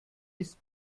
ist